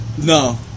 No